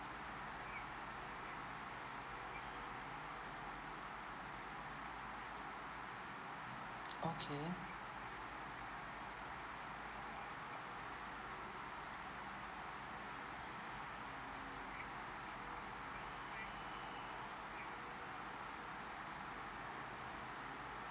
okay